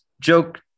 joke